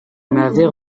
m’avait